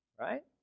Right